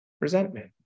Resentment